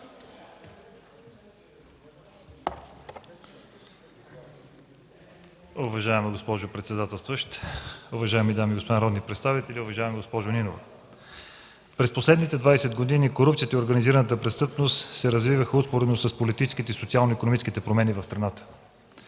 Уважаема госпожо председателстващ, уважаеми дами и господа народни представители! Уважаема госпожо Нинова, през последните 20 години корупцията и организираната престъпност се развиваха успоредно с политическите и социално-икономическите промени в страната.